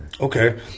Okay